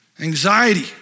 anxiety